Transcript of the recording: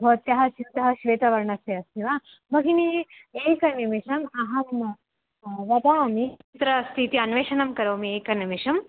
भवत्याः स्यूतं श्वेतवर्णस्य अस्ति वा भगिनि एकनिमिषम् अहं वदामि कुत्र अस्ति इति अन्वेषणं करोमि एकनिमिषम्